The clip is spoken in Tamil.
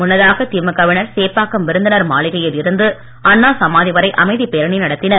முன்னதாக திமுக வினர் சேப்பாக்கம் விருந்தினர் பமாளிகையில் இருந்து அண்ணா சமாதி வரை அமைதிப் பேரணி நடத்தினர்